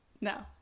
No